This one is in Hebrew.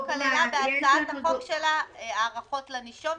כללה בהצעת החוק שלה הארכות לנישום,